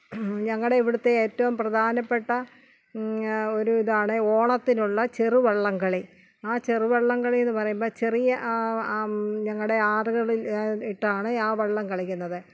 ഞങ്ങളുടെ ഇവിടുത്തെ ഏറ്റവും പ്രധാനപ്പെട്ട ഒരു ഇതാണ് ഓണത്തിനുള്ള ചെറു വള്ളംകളി ആ ചെറു വള്ളംകളി എന്ന് പറയുമ്പം ചെറിയ ഞങ്ങളുടെ ആറുകളിൽ ഇട്ടാണ് ആ ച വള്ളം കളിക്കുന്നത്